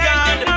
God